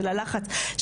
של הלחץ,